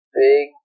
big